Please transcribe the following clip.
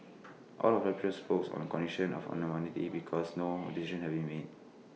all of the spoke on condition of anonymity because no decision has been made